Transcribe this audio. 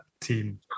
team